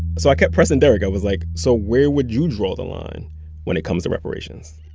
so i kept pressing darrick. i was like, so where would you draw the line when it comes to reparations?